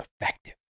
effective